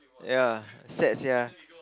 ya sad sia